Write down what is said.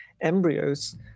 embryos